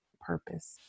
purpose